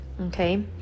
Okay